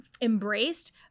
embraced